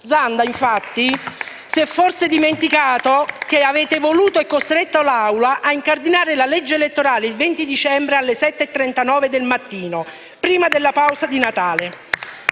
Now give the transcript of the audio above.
Zanda si è forse dimenticato che avete voluto e costretto l'Aula a incardinare la legge elettorale il 20 dicembre 2014 alle ore 7,39 del mattino, prima della pausa di Natale?